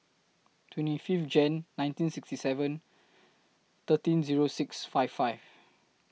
twenty Fifth Jan nineteen sixty seven thirteen Zero six five five